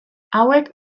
hauek